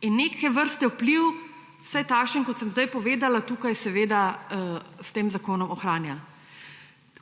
In neke vrste vpliv, vsaj takšen, kot sem zdaj povedala tukaj, seveda s tem zakonom ohranja.